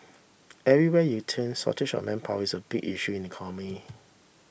everywhere you turn shortage of manpower is a big issue in the economy